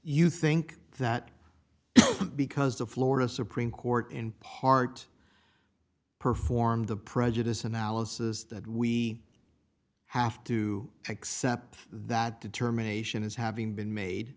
you think that because the florida supreme court in part performed the prejudice analysis that we have to accept that determination as having been made